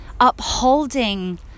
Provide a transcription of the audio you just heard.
upholding